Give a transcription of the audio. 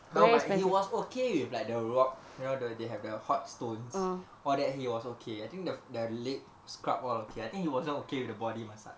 no but he was okay with like the rock you know the they have the hot stones for that he was okay I think the leg scrub all okay I think he wasn't okay with the body massage lah